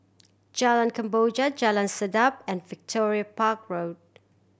Jalan Kemboja Jalan Sedap and Victoria Park Road